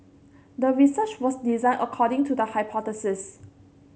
the research was designed according to the hypothesis